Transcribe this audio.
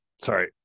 Sorry